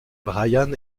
bryan